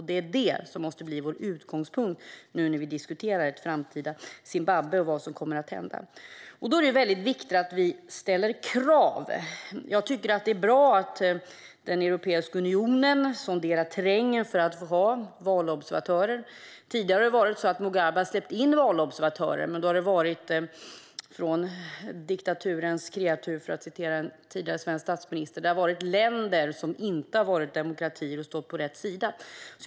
Det är det som måste bli vår utgångspunkt när vi nu diskuterar ett framtida Zimbabwe och vad som kommer att hända. Då är det väldigt viktigt att vi ställer krav. Jag tycker att det är bra att Europeiska unionen sonderar terrängen för att få ha valobservatörer. Tidigare har det varit så att Mugabe har släppt in valobservatörer, men då har det varit från "diktaturens kreatur", för att citera en tidigare svensk statsminister - alltså länder som inte har varit demokratier och alltså inte stått på rätt sida.